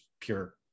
pure